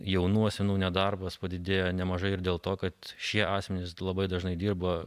jaunų ar senų nedarbas padidėjo nemažai ir dėl to kad šie asmenys labai dažnai dirba